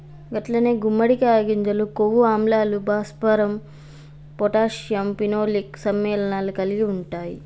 గట్లనే గుమ్మడికాయ గింజలు కొవ్వు ఆమ్లాలు, భాస్వరం పొటాషియం ఫినోలిక్ సమ్మెళనాలను కలిగి ఉంటాయి